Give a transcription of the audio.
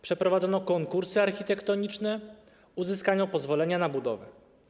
Przeprowadzono konkursy architektoniczne, uzyskano pozwolenia na budowę.